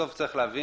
בסוף צריך להבין